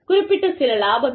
குறிப்பிட்ட சில லாபங்கள்